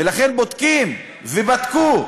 ולכן בודקים, ובדקו,